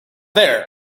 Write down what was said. there